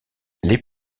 les